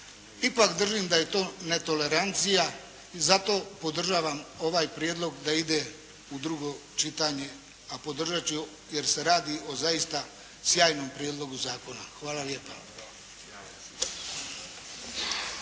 ipak držim da je to netolerancija i zato podržavam ovaj prijedlog da ide u drugo čitanje. A podržat ću jer se radi o zaista sjajnom prijedlogu zakona. Hvala lijepa.